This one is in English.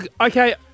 okay